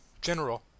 General